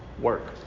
Work